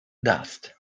dust